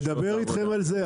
נדבר אתכם על זה,